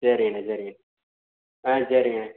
சரிங்கண்ணே சரிங்க ஆ சரிண்ணே